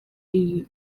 iri